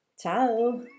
Ciao